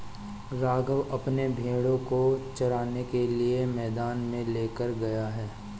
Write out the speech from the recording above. राघव अपने भेड़ों को चराने के लिए मैदान में लेकर गया है